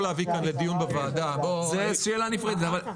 זה שאלה נפרדת.